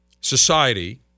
society